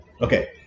Okay